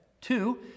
Two